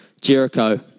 Jericho